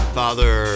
father